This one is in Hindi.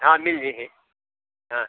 हाँ मिल जहियें हाँ